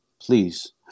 Please